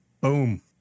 Boom